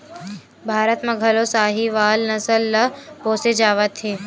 भारत म घलो साहीवाल नसल ल पोसे जावत हे